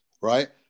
right